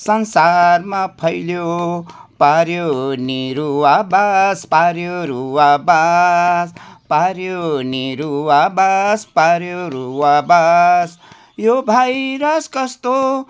संसारमा फैलियो पाऱ्यो नि रुवावास पाऱ्यो रुवावास पाऱ्यो नि रुवावास पाऱ्यो रुवावास यो भाइरस कस्तो